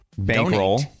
Bankroll